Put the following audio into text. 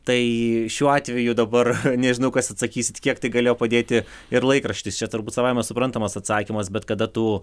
tai šiuo atveju dabar nežinau kas atsakysit kiek tai galėjo padėti ir laikraštis čia turbūt savaime suprantamas atsakymas bet kada tu